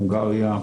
הונגריה,